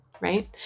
right